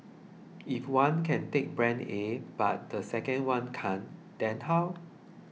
if one can take brand A but the second one cannot then how